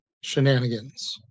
shenanigans